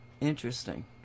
Interesting